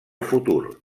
futur